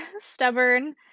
stubborn